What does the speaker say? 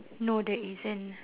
no there isn't